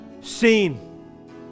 seen